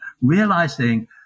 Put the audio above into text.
realizing